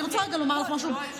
אני רוצה רגע לומר לך משהו.